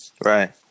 Right